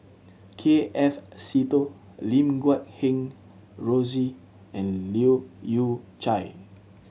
K F Seetoh Lim Guat Kheng Rosie and Leu Yew Chye